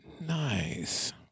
nice